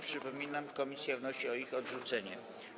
Przypominam, że komisja wnosi o ich odrzucenie.